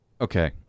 Okay